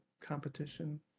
competition